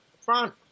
Front